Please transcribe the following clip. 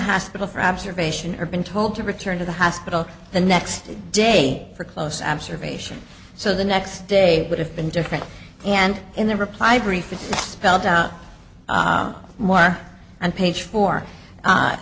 hospital for observation or been told to return to the hospital the next day for close observation so the next day would have been different and in their reply brief is spelled out more on page four